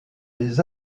les